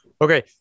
Okay